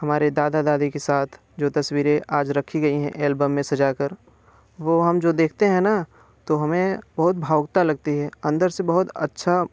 हमारे दादा दादी के साथ जो तस्वीरें आज रखी गई हैं एलबम में सजा कर वो हम जो देखते हैं ना तो हमें बहुत भावुकता लगती है अंदर से बहुत अच्छा